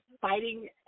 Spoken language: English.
fighting